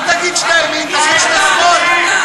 אל תגיד שאתה ימין, תגיד שאתה שמאל.